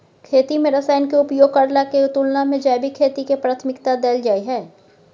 खेती में रसायन के उपयोग करला के तुलना में जैविक खेती के प्राथमिकता दैल जाय हय